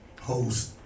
host